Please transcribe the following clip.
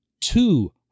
two